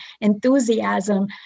enthusiasm